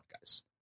guys